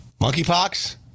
Monkeypox